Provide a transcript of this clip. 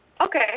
Okay